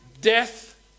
death